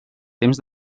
temps